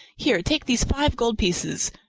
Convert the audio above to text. here, take these five gold pieces.